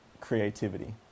creativity